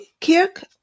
Kirk